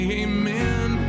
amen